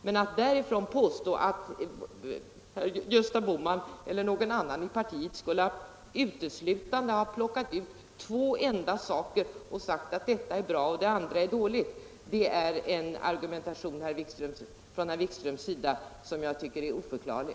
Men att utifrån detta påstå att Gösta Bohman eller någon annan i partiet skulle ha plockat fram bara två förslag och sagt att de är bra och att allt annat är dåligt är en argumentation från herr Wikströms sida som jag finner oförklarlig.